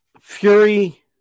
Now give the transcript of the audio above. Fury